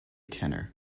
tenor